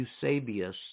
Eusebius